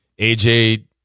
AJ